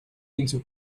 into